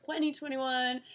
2021